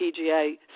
PGA